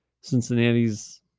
Cincinnati's